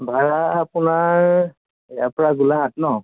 ভাড়া আপোনাৰ ইয়াৰপৰা গোলাঘাট ন